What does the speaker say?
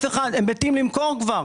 הם מתים למכור כבר.